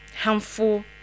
harmful